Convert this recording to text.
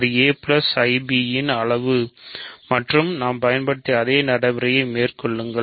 இது aib யின் அளவு மற்றும் நாம் பயன்படுத்திய அதே நடைமுறையை மேற்கொள்ளுங்கள்